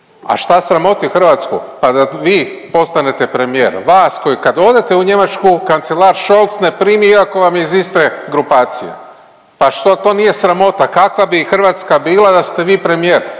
A šta sramoti Hrvatsku? Pa da vi postanete premijer, vas koji kad odete u Njemačku kancelar Scholz ne primi iako vam je iz iste grupacije, pa što to nije sramota? Kakva bi Hrvatska bila da ste vi premijer?